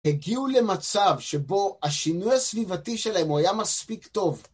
הגיעו למצב שבו השינוי הסביבתי שלהם היה מספיק טוב.